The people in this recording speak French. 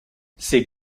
ces